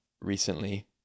recently